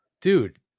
Dude